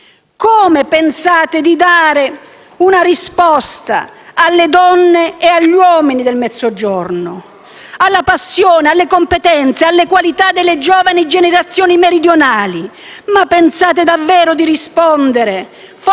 Come pensate di dare una risposta alle donne e agli uomini del Mezzogiorno, alla passione, alle competenze, alle qualità delle giovani generazioni meridionali? Pensate davvero di rispondere